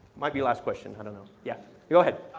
might be last question, i don't know. yeah yeah go ahead.